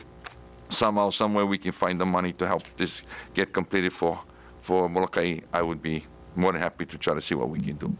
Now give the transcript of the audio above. we somehow somewhere we can find the money to help this get completed for formal k i would be more than happy to try to see what we can do